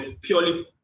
purely